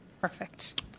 perfect